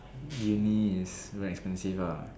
Uni is very expensive ah